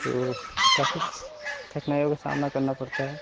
तो काफ़ी कठिनाइयों का सामना करना पड़ता है